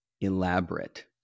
elaborate